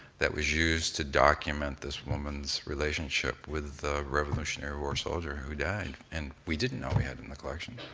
that was used to document this woman's relationship with a revolutionary war soldier who died. and we didn't know we had it in the collection.